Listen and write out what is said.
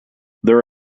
there